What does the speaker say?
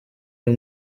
uyu